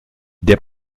der